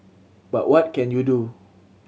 but what can you do